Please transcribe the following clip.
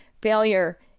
failure